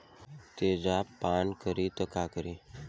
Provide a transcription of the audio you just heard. तेजाब पान करी त का करी?